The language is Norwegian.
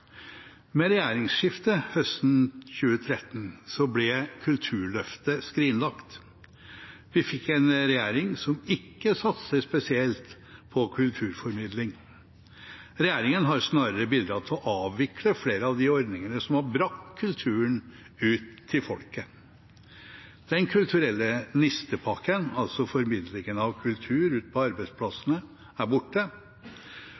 Med regjeringsskiftet høsten 2013 ble kulturløftet skrinlagt. Vi fikk en regjering som ikke satser spesielt på kulturformidling. Regjeringen har snarere bidratt til å avvikle flere av de ordningene som har bragt kulturen ut til folket. Den kulturelle nistepakken, altså formidlingen av kultur ute på